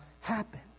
happen